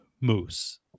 Moose